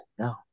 no